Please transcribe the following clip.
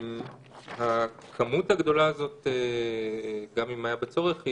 גם אם היה בה צורך,